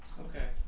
Okay